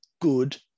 good